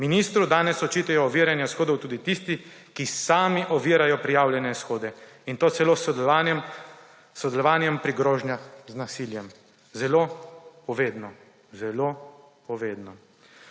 Ministru danes očitajo oviranje shodov tudi tisti, ki sami ovirajo prijavljene shode, in to celo s sodelovanjem pri grožnjah z nasiljem. Zelo povedno, zelo povedno.